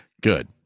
good